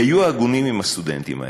היו הגונים עם הסטודנטים האלה.